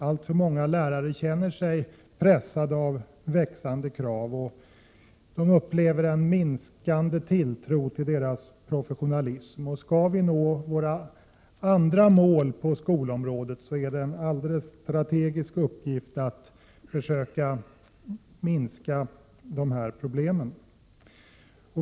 Alltför många lärare känner sig pressade av växande krav, och de upplever en minskande tilltro till sin professionalism. Om vi skall nå våra andra mål på skolområdet är det en strategisk uppgift att försöka minska de här problemen.